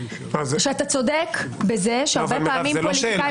שאתה צודק בזה שהרבה פעמים --- מירב,